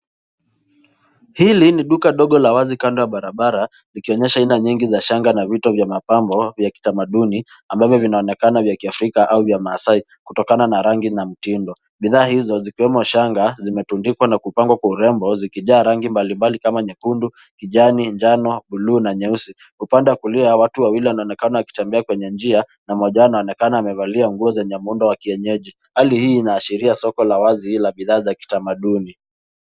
Hili ni duka dogo la wazi kando ya barabara liki onyesha aina nyingi za shangaa na vito vya mapambo vya kitamaduni ambavyo vina onekana vya kiafrika au vya maasai kutokana na rangi na mtindo, Bidhaa hizo zikiwemo shangaa zime tundikwa na kupangwa kwa urembo zikijaa rangi mbali mbali kama nyekundu, kijani, njano, bluu na nyeusi. Upande wa kulia watu wawili wana onekana wakitembea kwenye njia na mmoja wao ana oneka amevalia nguo zenye muundo wa kienyeji. Hali ina ashiria soko la wazi la bidhaa za kitamaduni.